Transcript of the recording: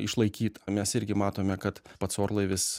išlaikyta mes irgi matome kad pats orlaivis